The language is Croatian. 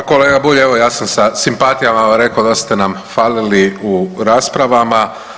Pa kolega Bulj, evo ja sam sa simpatijama rekao da ste nam falili u raspravama.